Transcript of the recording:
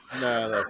No